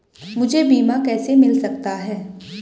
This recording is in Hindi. मुझे बीमा कैसे मिल सकता है?